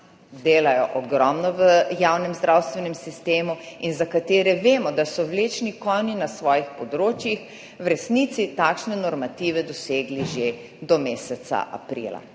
delajo ogromno v javnem zdravstvenem sistemu in za katere vemo, da so vlečni konji na svojih področjih, v resnici takšne normative dosegli že do meseca aprila.